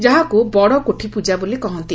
ଯାହାକୁ ବଡ କୋଠି ପୂଜା ବୋଲି କହନ୍ତି